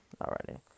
already